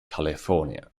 california